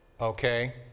okay